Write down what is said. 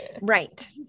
Right